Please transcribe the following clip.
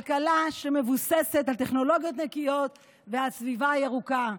כלכלה שמבוססת על טכנולוגיות נקיות ועל סביבה ירוקה.